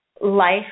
life